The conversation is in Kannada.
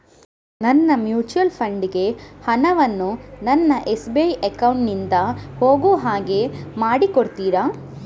ನನ್ನ ಮ್ಯೂಚುಯಲ್ ಫಂಡ್ ಗೆ ಹಣ ವನ್ನು ನನ್ನ ಎಸ್.ಬಿ ಅಕೌಂಟ್ ನಿಂದ ಹೋಗು ಹಾಗೆ ಮಾಡಿಕೊಡುತ್ತೀರಾ?